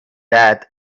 that